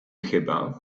chyba